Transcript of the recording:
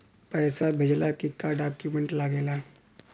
पैसा भेजला के का डॉक्यूमेंट लागेला?